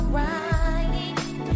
right